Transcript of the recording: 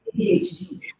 ADHD